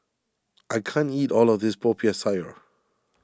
I can't eat all of this Popiah Sayur